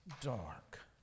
dark